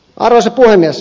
arvoisa puhemies